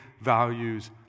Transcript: values